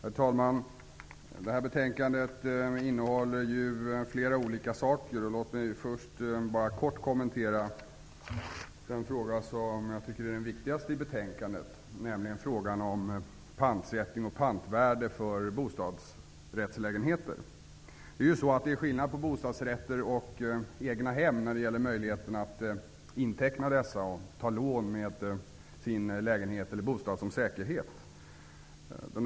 Herr talman! Det här betänkandet innehåller flera olika saker. Låt mig först bara kort kommentera den fråga som jag tycker är den viktigaste i betänkandet, nämligen frågan om pantsättning och pantvärde för bostadsrättslägenheter. Det är ju skillnad mellan bostadsrätter och egnahem när det gäller möjligheten att ta lån med bostaden som säkerhet och att inteckna den.